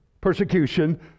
persecution